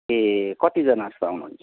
ए कतिजना जस्तो आउनुहुन्छ